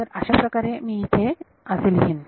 तर अशाप्रकारे मी हे इथे असे लिहिन